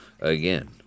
Again